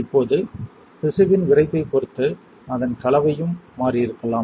இப்போது திசுவின் விறைப்பைப் பொறுத்து அதன் கலவையும் மாறியிருக்கலாம்